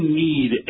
need